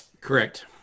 correct